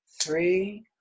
three